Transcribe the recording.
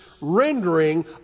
rendering